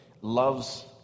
loves